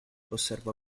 osservò